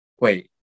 wait